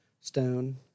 stone